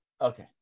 Okay